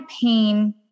pain